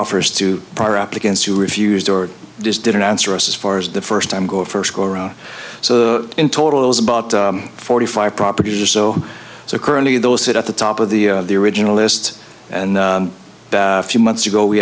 offers to our applicants who refused or this didn't answer us as far as the first time go first go around so the in total is about forty five properties or so so currently those sit at the top of the of the original list and a few months ago we